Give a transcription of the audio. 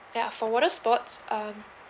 ya for water sports um